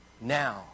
Now